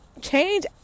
Change